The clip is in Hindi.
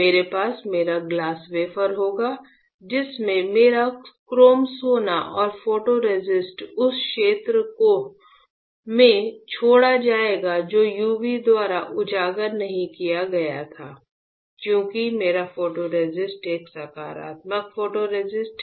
मेरे पास मेरा ग्लास वेफर होगा जिसमें मेरा क्रोम सोना और फोटोरेसिस्ट उस क्षेत्र में छोड़ा जाएगा जो यूवी द्वारा उजागर नहीं किया गया था चूँकि मेरा फोटोरेसिस्ट एक सकारात्मक फोटोरेसिस्ट है